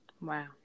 Wow